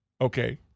Okay